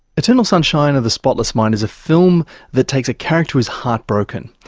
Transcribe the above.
eternal sunshine of the spotless mind is a film that takes a character who is heartbroken,